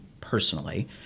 personally